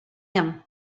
him